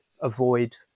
avoid